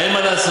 אין מה לעשות.